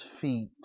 feet